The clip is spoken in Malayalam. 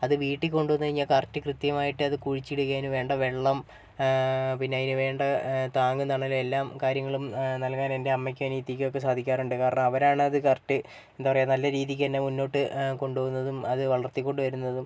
അത് വീട്ടിൽ കൊണ്ടുവന്നു കഴിഞ്ഞാൽ കറക്റ്റ് കൃത്യമായിട്ട് അത് കുഴിച്ചിടുകയും അതിനുവേണ്ട വെള്ളം പിന്നെ അതിനുവേണ്ട താങ്ങും തണലും എല്ലാ കാര്യങ്ങളും നൽകാൻ എൻ്റെ അമ്മയ്ക്കും അനിയത്തിക്കൊക്കെ സാധിക്കാറുണ്ട് കാരണം അവരാണത് കറക്റ്റ് എന്താ പറയാൻ നല്ല രീതിക്ക് തന്നെ മുന്നോട്ട് കൊണ്ടുപോകുന്നതും അത് വളർത്തി കൊണ്ടുവരുന്നതും